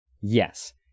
Yes